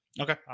Okay